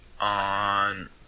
on